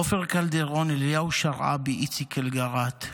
עופר קלדרון, אליהו שרעבי, איציק אלגרט,